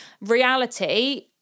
reality